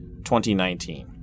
2019